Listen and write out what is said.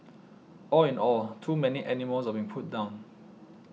all in all too many animals are being put down